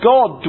God